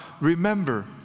remember